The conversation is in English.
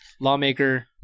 Lawmaker –